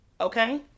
okay